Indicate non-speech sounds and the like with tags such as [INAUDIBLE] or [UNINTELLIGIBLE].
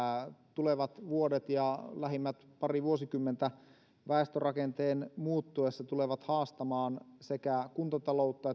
tulevat vuodet ja lähimmät pari vuosikymmentä väestörakenteen muuttuessa tulevat haastamaan sekä kuntataloutta [UNINTELLIGIBLE]